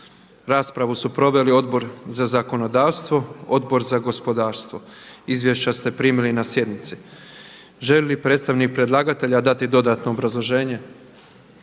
Rasprava su proveli Odbor za zakonodavstvo i Odbor za turizam. Njihova izvješća ste primili na sjednici. Želi li predstavnik predlagatelja dodatno obrazložiti